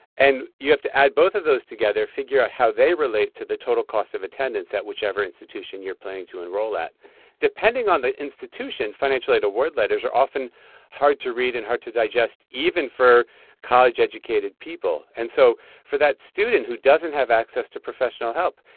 and you have to add both of those together, figure out how they relate to the total cost of attendance at whichever institution you're planning to enroll at depending on the institution, financial aid award letters are often hard to read and hard to digest even for college-educated people. and so for that student who doesn't have access to professional help,